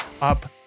up